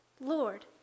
Lord